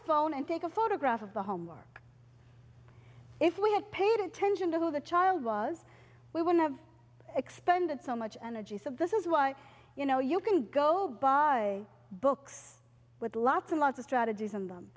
phone and take a photograph of the home or if we had paid attention to how the child was we would have expended so much energy so this is why you know you can go buy books with lots and lots of strategies in them